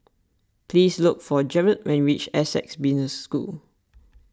please look for Jared when you reach Essec Business School